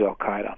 al-Qaeda